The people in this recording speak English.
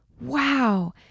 Wow